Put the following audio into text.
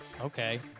Okay